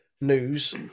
news